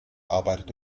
arbeitete